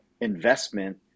investment